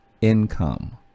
income